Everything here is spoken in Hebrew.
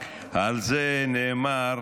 על זה נאמר,